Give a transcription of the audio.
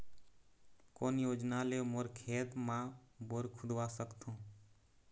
कोन योजना ले मोर खेत मा बोर खुदवा सकथों?